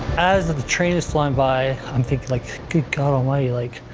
as the train is flying by, i'm thinking like, good god, almighty, like,